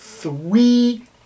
Three